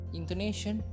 intonation